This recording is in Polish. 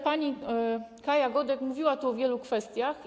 Pani Kaja Godek mówiła tu o wielu kwestiach.